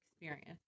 experience